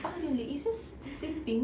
oh no no it's just the same thing